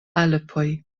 alpoj